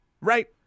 right